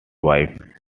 wife